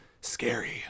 scary